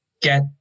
get